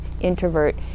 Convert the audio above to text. introvert